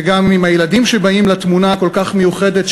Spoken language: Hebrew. וגם עם הילדים שבאים לתמונה הכל-כך מיוחדת,